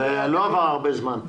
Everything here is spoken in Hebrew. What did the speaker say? לא עבר הרבה זמן.